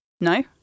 No